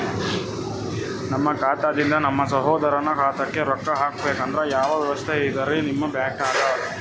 ನಮ್ಮ ಖಾತಾದಿಂದ ನಮ್ಮ ಸಹೋದರನ ಖಾತಾಕ್ಕಾ ರೊಕ್ಕಾ ಹಾಕ್ಬೇಕಂದ್ರ ಯಾವ ವ್ಯವಸ್ಥೆ ಇದರೀ ನಿಮ್ಮ ಬ್ಯಾಂಕ್ನಾಗ?